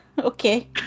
Okay